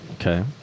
Okay